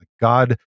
God